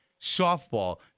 softball